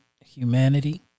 humanity